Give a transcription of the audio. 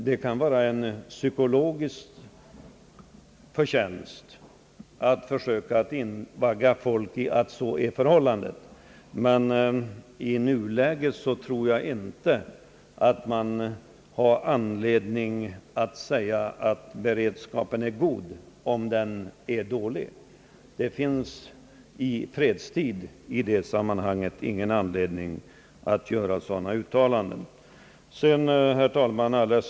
Det kan vara en psykologisk fördel att i ett för landet kritiskt läge försöka invagga folk i tron att så är förhållandet, men det finns ingen anledning att under fredstid i fråga om ett sådant område som det i detta sammanhang gäller säga att vår beredskap här är god om den i verkligheten är dålig.